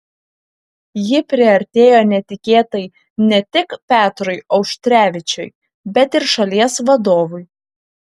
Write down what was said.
ji priartėjo netikėtai ne tik petrui auštrevičiui bet ir šalies vadovui